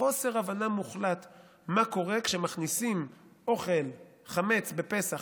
חוסר הבנה מוחלט של מה שקורה כשמכניסים אוכל חמץ בפסח,